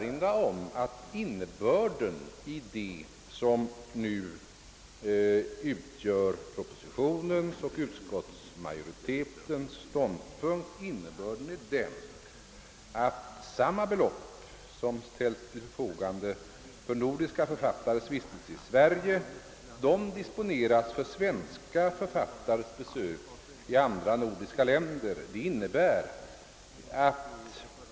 Innebörden i propositionens och utskottsmajoritetens ståndpunkt är att samma belopp som ställs till förfogande för nordiska författares vistelse i Sverige disponeras för svenska författares besök i andra nordiska länder.